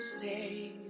say